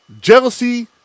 jealousy